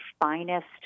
finest